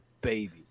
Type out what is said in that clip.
baby